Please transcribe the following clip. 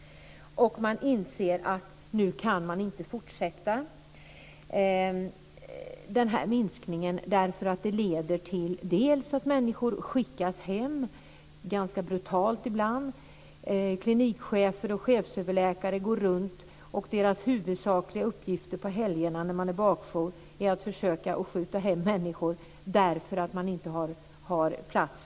Nu inser man att det inte går att fortsätta minskningen. Den leder till att människor, ibland ganska brutalt, skickas hem. Klinikchefers och chefsöverläkares huvudsakliga uppgift när de är bakjour under helger är att skicka hem människor därför att det inte finns plats.